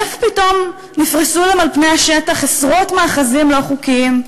מאיפה פתאום נפרסו להם על-פני השטח עשרות מאחזים לא חוקיים?